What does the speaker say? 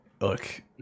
Look